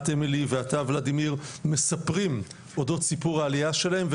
אמילי מואטי וולדימיר בליאק מספרים אודות סיפור העלייה שלהם.